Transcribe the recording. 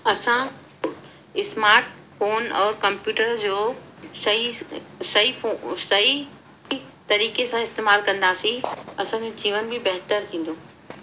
असां smart phone और computer जो सही सही सही तरीक़े सां इस्तेमालु कंदासी असांजो जीवन बि बहितर थींदो